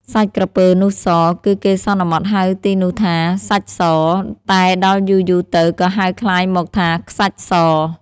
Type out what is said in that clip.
សាច់ក្រពើនោះស គឺគេសន្មតហៅទីនោះថា “សាច់ស” តែដល់យូរៗទៅ ក៏ហៅក្លាយមកថា “ខ្សាច់ស”។